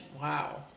Wow